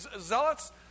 zealots